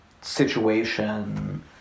situation